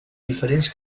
diferents